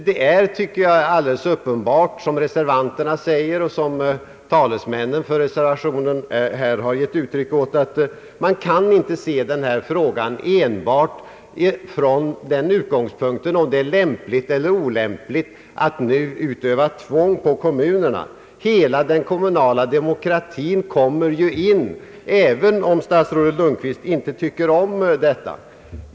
Det är alldeles uppenbart — som reservanterna säger och som talesmännen för reservationen har gett uttryck åt — att man inte kan se denna fråga enbart från utgångspunkten om det är lämpligt eller olämpligt att nu utöva tvång på kommunerna. Hela den kommunala demokratin kommer in i bilden, även om statsrådet Lundkvist inte tycker om detta.